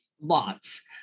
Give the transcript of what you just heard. Lots